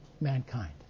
mankind